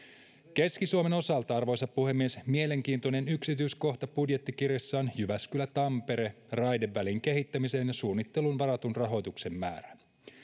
keski suomen osalta arvoisa puhemies mielenkiintoinen yksityiskohta budjettikirjassa on jyväskylä tampere raidevälin kehittämiseen ja suunnitteluun varatun rahoituksen määrä